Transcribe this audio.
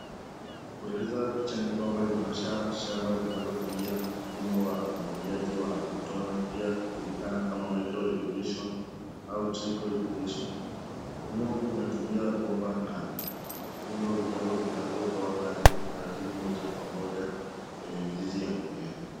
Kueleza picha ni kwamba inaonyesha shamba linalotumia mfumo wa umwagiliaji wa matone pia hujulikana kama micro-irrigation au trickle irrigation . Mfumo huu unatumia bomba na vijitundo vidogo vinanyotoa maji taratibu moja kwa moja kwenye mizizi ya mimea.